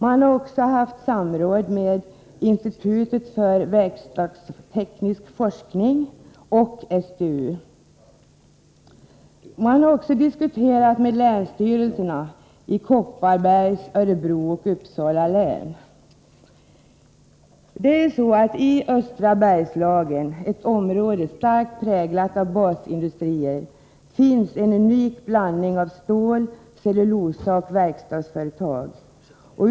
Man har också haft samråd med institutet för verkstadsteknisk forskning och STU. Man har vidare diskuterat med länsstyrelserna i Kopparbergs, Örebro och Uppsala län. Töstra Bergslagen, ett område starkt präglat av basindustrier, finns en unik blandning av stål-, cellulosaoch verkstadsföretag.